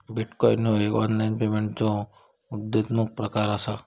bitcoin ह्यो एक online पेमेंटचो उद्योन्मुख प्रकार असा